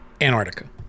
Antarctica